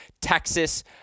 Texas